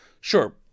Sure